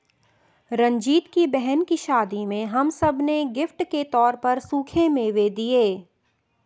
रंजीत की बहन की शादी में हम सब ने गिफ्ट के तौर पर सूखे मेवे दिए